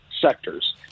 sectors